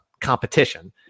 competition